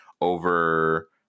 over